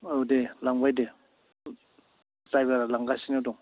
औ दे लांबाय दे द्राइभारआ लांगासिनो दं